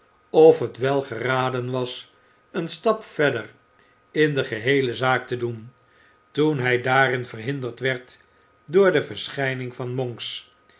of het wel geraden was een stap verder in de geheele zaak te doen toen hij daarin verhinderd werd door de verschijning van monks